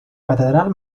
catedral